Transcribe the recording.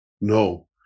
No